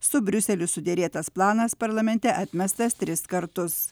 su briuseliu suderėtas planas parlamente atmestas tris kartus